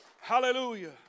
Hallelujah